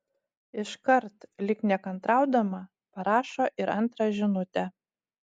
iškart lyg nekantraudama parašo ir antrą žinutę